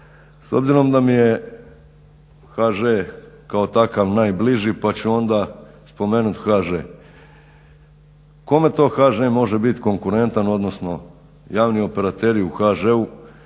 S obzirom da mi je HŽ kao takav najbliži pa ću onda spomenuti HŽ. Kome to HŽ može biti konkurentan, odnosno javni operateri u HŽ-u